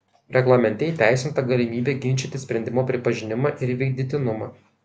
reglamente įteisinta galimybė ginčyti sprendimo pripažinimą ir vykdytinumą